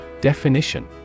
Definition